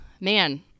man